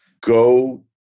go